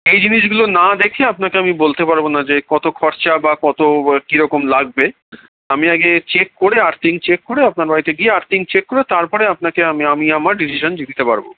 এই জিনিসগুলো না দেখে আপনাকে আমি বলতে পারবো না যে কত খরচা বা কত কীরকম লাগবে আমি আগে চেক করে আর্থিং চেক করে আপনার বাড়িতে গিয়ে আর্থিং চেক করে তারপরে আপনাকে আমি আমি আমার ডিসিশান জগি দিতে পারবো